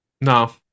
No